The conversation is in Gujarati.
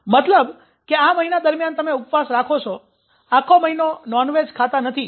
મતલબ કે આ મહિના દરમ્યાન તમે ઉપવાસ રાખો છે આખો મહિનો નોન વેજ ખાતા નથી